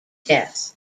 death